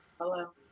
Hello